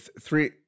three